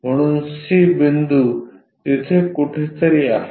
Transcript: म्हणून C बिंदू तिथे कुठेतरी आहे